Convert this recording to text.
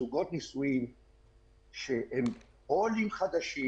זוגות נשואים שהם או עולים חדשים,